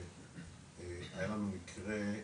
והיה לנו מקרה,